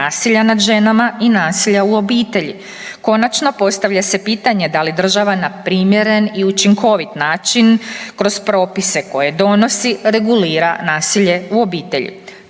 nasilja nad ženama i nasilja u obitelji. Konačno, postavlja se pitanje da li država na primjeren i učinkovit način kroz propise koje donosi regulira nasilje u obitelji.